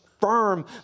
firm